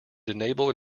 enable